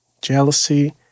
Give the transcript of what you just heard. jealousy